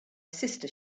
sister